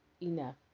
enough